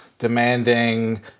demanding